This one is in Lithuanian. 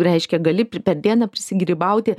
reiškia gali per dieną prisigrybauti